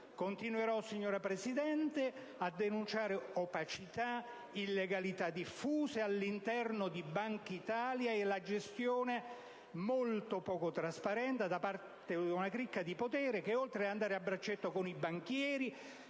Continuerò, signora Presidente, a denunciare opacità ed illegalità diffuse all'interno di Bankitalia e le malefatte di una gestione molto poco trasparente da parte di una cricca di potere che va a braccetto con i banchieri,